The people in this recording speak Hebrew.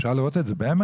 אפשר לראות את זה ב-MRI?